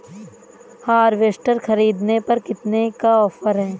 Harvester ख़रीदने पर कितनी का ऑफर है?